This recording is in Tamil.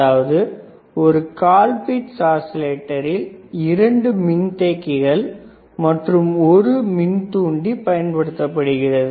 அதாவது ஒரு கால்பிட்ஸ் ஆஸிலேட்டரில் 2 மின் தேக்கிகள் மற்றும் ஒரு மின் தூண்டி பயன்படுத்தப்படுகிறது